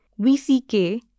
VCK